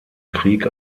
krieg